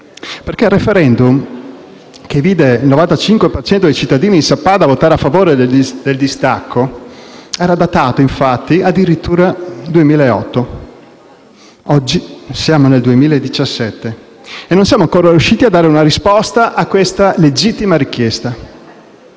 che il *referendum* che vide il 95 per cento dei cittadini di Sappada votare a favore del distacco è datato addirittura 2008. Siamo nel 2017 e non siamo ancora riusciti a dare una risposta a questa legittima richiesta.